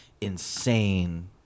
insane